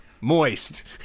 moist